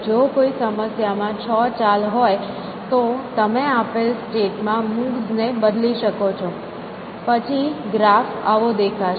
જો કોઈ સમસ્યા માં 6 ચાલ હોય તો તમે આપેલ સ્ટેટ માં મૂવ્સ ને બદલી શકો છો પછી ગ્રાફ આવો દેખાશે